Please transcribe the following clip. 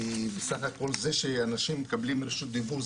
כי בסך הכל זה שאנשים מקבלים זכות דיבור,